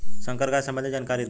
संकर गाय संबंधी जानकारी दी?